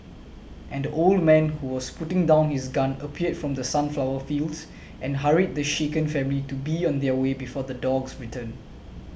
and old man who was putting down his gun appeared from the sunflower fields and hurried the shaken family to be on their way before the dogs return